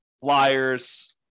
flyers